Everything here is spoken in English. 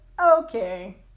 okay